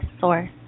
source